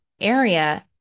area